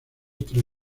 tres